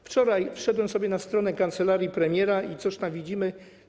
Wczoraj wszedłem sobie na stronę kancelarii premiera i cóż tam widzimy?